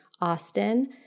Austin